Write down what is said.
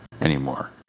anymore